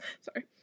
Sorry